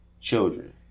children